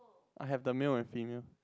I have the male and female